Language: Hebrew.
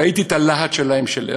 ראיתי את הלהט שלהם, של אראל,